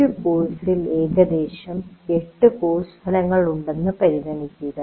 ഒരു കോഴ്സിൽ ഏകദേശം 8 കോഴ്സ് ഫലങ്ങളുണ്ടെന്ന് പരിഗണിക്കുക